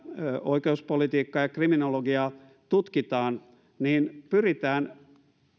oikeuspolitiikkaa ja kriminologiaa tutkitaan niin pyritään